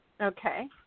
Okay